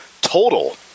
total